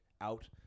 out